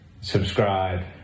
subscribe